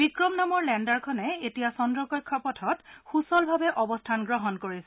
বিক্ৰম নামৰ লেণ্ডাৰখনে এতিয়া চন্দ্ৰ কক্ষপথত সূচল ভাৱে অৱস্থান গ্ৰহণ কৰিছে